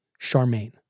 Charmaine